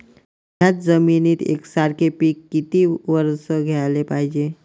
थ्याच जमिनीत यकसारखे पिकं किती वरसं घ्याले पायजे?